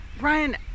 Ryan